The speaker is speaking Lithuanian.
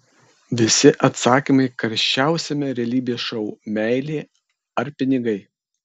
visi atsakymai karščiausiame realybės šou meilė ar pinigai